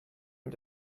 mit